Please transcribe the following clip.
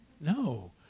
No